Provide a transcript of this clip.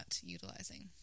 utilizing